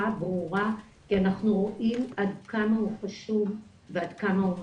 ברורה כי אנחנו רואים עד כמה הוא חשוב ועד כמה הוא משמעותי.